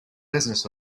business